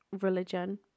religion